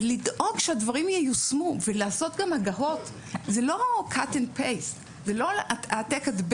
ולדאוג שהדברים ייושמו ולעשות גם הגהות זה לא העתק-הדבק ו --- רונית,